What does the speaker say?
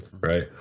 Right